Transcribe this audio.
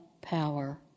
power